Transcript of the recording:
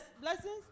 blessings